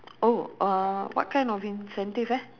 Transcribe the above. oh uh what kind of incentive eh